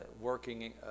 working